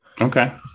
Okay